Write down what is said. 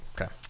Okay